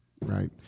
Right